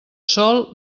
sol